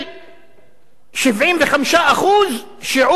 75% שיעור הפקעה.